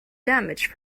damage